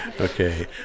Okay